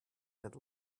that